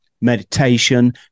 meditation